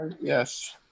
Yes